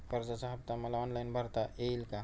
कर्जाचा हफ्ता मला ऑनलाईन भरता येईल का?